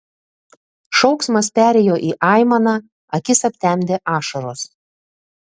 šauksmas perėjo į aimaną akis aptemdė ašaros